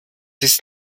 ist